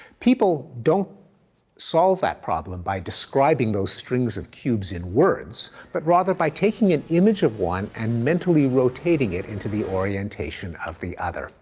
people don't solve that problem by describing those strings of cubes in words, but rather by taking an image of one and mentally rotating it into the orientation of the other,